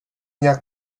nějak